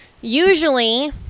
usually